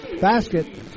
basket